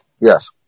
Yes